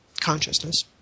consciousness